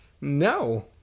No